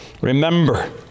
remember